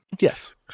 Yes